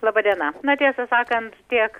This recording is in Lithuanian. laba diena na tiesą sakant tiek